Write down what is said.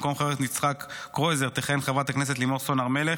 במקום חבר הכנסת יצחק קרויזר תכהן חברת הכנסת לימור סון הר מלך,